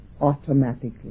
automatically